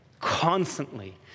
Constantly